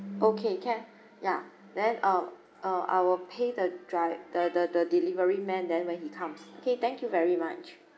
okay can ya then um uh I will pay the dri~ the the the delivery man then when he comes okay thank you very much